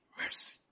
mercy